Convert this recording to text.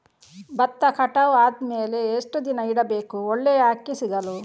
ಭತ್ತ ಕಟಾವು ಆದಮೇಲೆ ಎಷ್ಟು ದಿನ ಇಡಬೇಕು ಒಳ್ಳೆಯ ಅಕ್ಕಿ ಸಿಗಲು?